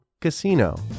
Casino